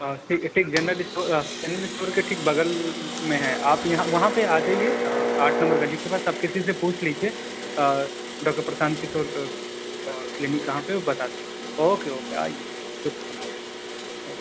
ٹھیک ہے ٹھیک جنرل اسٹور جنرل اسٹور کے ٹھیک بغل میں ہے آپ یہاں وہاں پہ آ جائیے آٹھ نمبر گلی کے پاس تب کسی سے پوچھ لیجیے ڈاکٹر پرشانت کشور کلینک کہاں پہ وہ بتا اوکے اوکے آئیے شکریہ اوکے